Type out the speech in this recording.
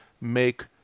make